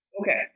Okay